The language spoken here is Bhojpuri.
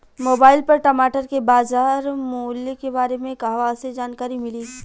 मोबाइल पर टमाटर के बजार मूल्य के बारे मे कहवा से जानकारी मिली?